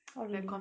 oh